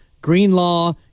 Greenlaw